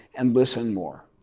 and listen more.